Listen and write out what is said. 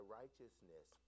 righteousness